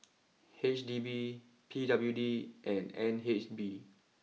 H D B P W D and N H B